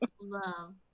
love